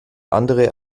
andere